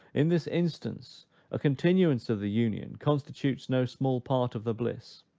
in this instance a continuance of the union constitutes no small part of the bliss.